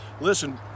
Listen